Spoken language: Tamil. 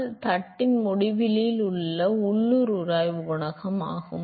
எனவே அது தட்டின் முடிவில் உள்ள உள்ளூர் உராய்வு குணகம் ஆகும்